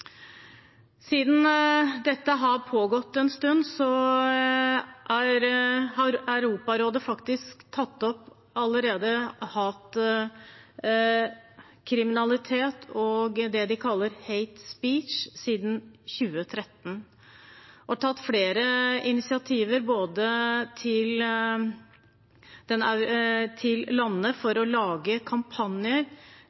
Siden dette har pågått en stund, har Europarådet allerede tatt opp hatkriminalitet, og siden 2013 det de kaller «No Hate Speech Movement», og tatt flere initiativer til